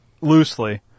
loosely